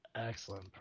Excellent